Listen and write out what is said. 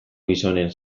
gizonen